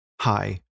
Hi